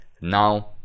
now